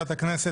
הכנסת.